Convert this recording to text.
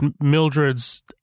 Mildred's